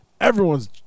everyone's